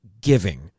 giving